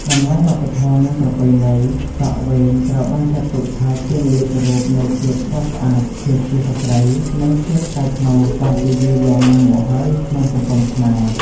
តម្លៃវប្បធម៌ និងប្រពៃណី សក់វែងត្រូវបានចាត់ទុកថាជា និមិត្តរូបនៃភាពស្រស់ស្អាត ភាពជាស្ត្រី និងភាពថ្លៃថ្នូរតាំងពីយូរលង់ណាស់មកហើយក្នុងសង្គមខ្មែរ។